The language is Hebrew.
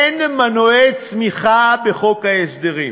אין מנועי צמיחה בחוק ההסדרים.